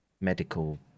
medical